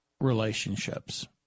relationships